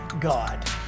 God